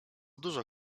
dużo